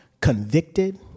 convicted